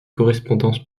correspondance